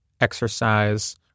exercise